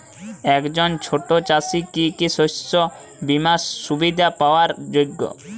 একজন ছোট চাষি কি কি শস্য বিমার সুবিধা পাওয়ার যোগ্য?